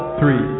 three